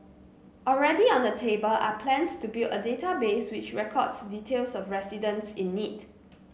already on the table are plans to build a database which records details of residents in need